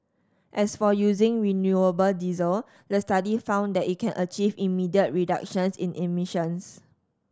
as for using renewable diesel the study found that it can achieve immediate reductions in emissions